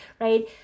right